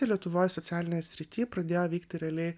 lietuvoj socialinėj srity pradėjo veikti realiai